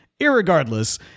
irregardless